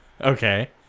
Okay